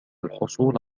الحصول